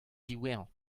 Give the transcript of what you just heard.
diwezhañ